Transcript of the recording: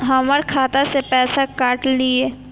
हमर खाता से पैसा काट लिए?